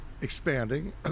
expanding